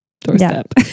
doorstep